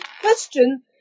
question